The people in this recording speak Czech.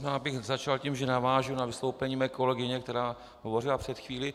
Možná bych začal tím, že navážu na vystoupení kolegyně, která hovořila před chvílí.